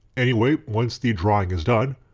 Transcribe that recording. anyway, once the drying is done,